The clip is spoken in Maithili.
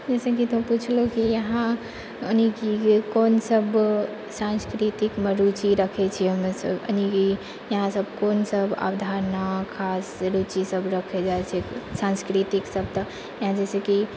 जैसे कि तऽ पुछलौ कि इहाँ यानि कि कोन सभ सांस्कृतिकमे रुचि रखै छी हमे सभ यानिकी इहाँ सभ कोन सभ अवधारणा खास रुचि सभ रखै जाइ छै सांस्कृतिक सभ तऽ ऐं जैसेकी